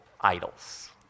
idols